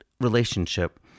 relationship